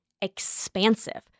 expansive